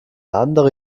andere